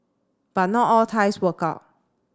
but not all ties work out